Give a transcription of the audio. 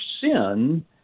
sin